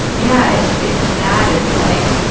yeah, it's it's that, it's like,